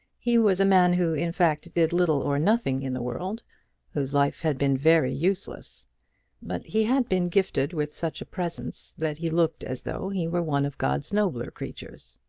he was a man who, in fact, did little or nothing in the world whose life had been very useless but he had been gifted with such a presence that he looked as though he were one of god's nobler creatures.